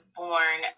born